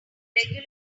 regular